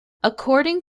according